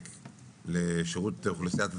לשירות אוכלוסיית התלמידים,